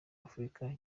afurika